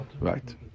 Right